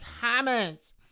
comments